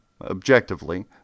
objectively